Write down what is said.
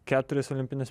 keturis olimpinis